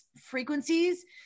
frequencies